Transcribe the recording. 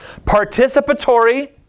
Participatory